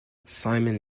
simon